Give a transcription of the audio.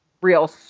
real